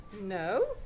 No